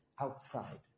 outside